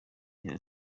agira